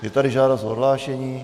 Je tady žádost o odhlášení.